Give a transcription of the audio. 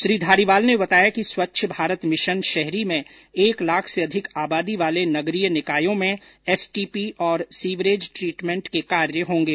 श्री धारीवाल ने बताया कि स्वच्छ भारत मिशन शहरी में एक लाख से अधिक आबादी वाले नगरीय निकायों में एसटीपी और सीवरेज ट्रीटमेंट के कार्य होंगे